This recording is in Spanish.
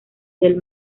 del